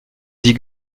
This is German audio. die